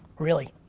really.